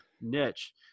niche